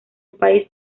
país